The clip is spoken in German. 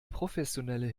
professionelle